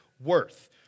worth